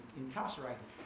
incarcerated